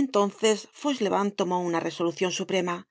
entonces fauchelevent tomó una resolucion suprema